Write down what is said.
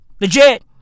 Legit